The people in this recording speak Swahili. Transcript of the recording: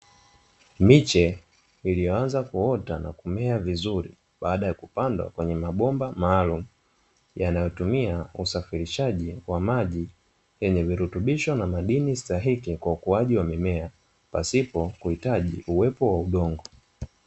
Miche iliyoanza kuota na kumea vizuri baada ya kupandwa kwenye mabomba maalumu, yanayotumia usafirirshaji wa maji yenye virutubisho na madini stahiki kwa ukuaji wa mimea pasipo kuhitaji uwepo wa udongo.